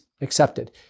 accepted